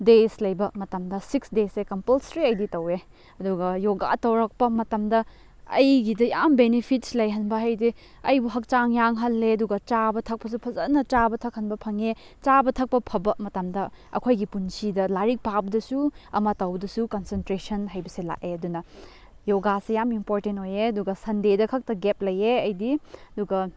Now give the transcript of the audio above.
days ꯂꯩꯕ ꯃꯇꯝꯗ ꯁꯤꯛꯁ ꯗꯦꯖꯁꯦ ꯀꯝꯄꯜꯁꯔꯤ ꯑꯩꯗꯤ ꯇꯧꯋꯦ ꯑꯗꯨꯒ ꯌꯣꯒꯥ ꯇꯧꯔꯛꯄ ꯃꯇꯝꯗ ꯑꯩꯒꯤꯗ ꯌꯥꯝ ꯕꯦꯅꯤꯐꯤꯠꯁ ꯂꯩꯍꯟꯕ ꯍꯥꯏꯗꯤ ꯑꯩꯕꯨ ꯍꯛꯆꯥꯡ ꯌꯥꯡꯍꯜꯂꯦ ꯑꯗꯨꯒ ꯆꯥꯕ ꯊꯛꯄꯁꯨ ꯐꯖꯅ ꯆꯥꯕ ꯊꯛꯍꯟꯕ ꯐꯪꯉꯦ ꯆꯥꯕ ꯊꯛꯄ ꯐꯕ ꯃꯇꯝꯗ ꯑꯩꯈꯣꯏꯒꯤ ꯄꯨꯟꯁꯤꯗ ꯂꯥꯤꯔꯤꯛ ꯄꯥꯕꯗꯁꯨ ꯑꯃ ꯇꯧꯕꯗꯁꯨ ꯀꯟꯁꯦꯟꯇ꯭ꯔꯦꯁꯟ ꯍꯥꯏꯕꯁꯦ ꯂꯥꯛꯑꯦ ꯑꯗꯨꯅ ꯌꯣꯒꯥꯁꯦ ꯌꯥꯝ ꯏꯝꯄꯣꯔꯇꯦꯟ ꯑꯣꯏꯌꯦ ꯑꯗꯨꯒ ꯁꯟꯗꯦꯗꯈꯛꯇ ꯒꯦꯞ ꯂꯩꯌꯦ ꯑꯩꯗꯤ ꯑꯗꯨꯒ